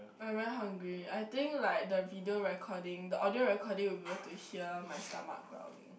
I'm very hungry I think like the video recording the audio recording will be able to hear my stomach growling